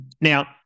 Now